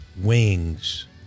Wings